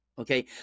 Okay